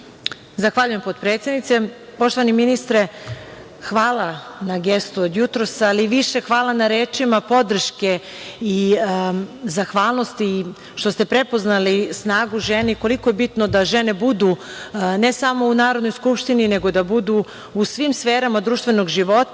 Zahvaljujem potpredsednice. Poštovani ministre, hvala na gestu od jutros, ali više hvala na rečima podrške i zahvalnosti i što ste prepoznali snagu u ženi i koliko je bitno da žene budu ne samo u Narodnoj skupštini, nego da budu u svim sferama društvenog života.